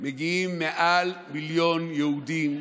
מגיעים מעל מיליון יהודים,